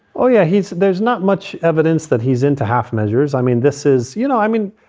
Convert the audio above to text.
oh, yeah. he's there's not much evidence that he's into half measures. i mean, this is you know, i mean,